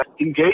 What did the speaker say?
engage